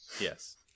Yes